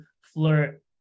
flirt